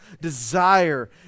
desire